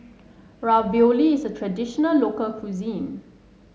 Ravioli is a traditional local cuisine